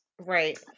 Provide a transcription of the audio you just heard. Right